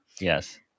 Yes